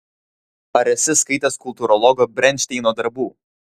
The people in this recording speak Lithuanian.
ar esi skaitęs kultūrologo brenšteino darbų